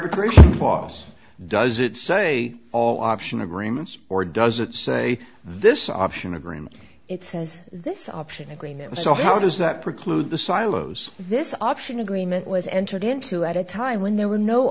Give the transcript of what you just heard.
clause does it say all option agreements or does it say this option agreement it says this option agreement so how does that preclude the silos this option agreement was entered into at a time when there were no